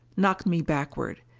knocked me backward.